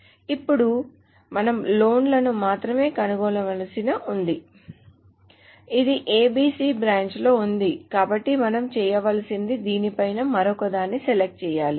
ఇప్పుడు మనము లోన్ లను మాత్రమే కనుగొనవలసి ఉంది ఇది ABC బ్రాంచ్లో ఉంది కాబట్టి మనం చేయవలసింది దీని పైన మరొక దానిని సెలక్ట్ చేయాలి